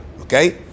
okay